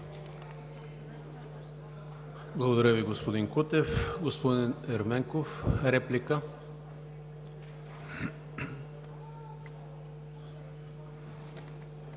Благодаря Ви, господин Кутев. Господин Ерменков – реплика.